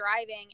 driving